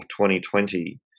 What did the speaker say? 2020